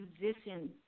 musicians